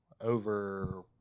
over